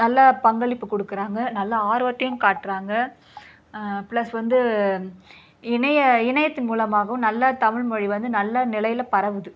நல்ல பங்களிப்பு கொடுக்குறாங்க நல்ல ஆரோக்கியம் காட்டுறாங்க ப்ளஸ் வந்து இணைய இணையத்தின் மூலமாகவும் நல்ல தமிழ்மொழி வந்து நல்ல நிலையில் பரவுது